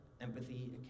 empathy